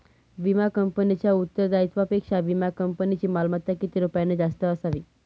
विमा कंपनीच्या उत्तरदायित्वापेक्षा विमा कंपनीची मालमत्ता किती रुपयांनी जास्त असावी?